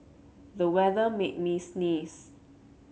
the weather made me sneeze